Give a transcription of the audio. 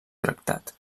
tractat